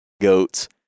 goats